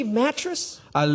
mattress